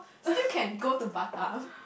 still can go to Batam